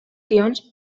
guions